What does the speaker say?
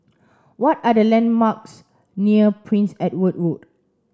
what are the landmarks near Prince Edward Road